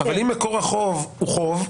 אבל אם מקור החוב הוא חוב.